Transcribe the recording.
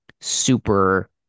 super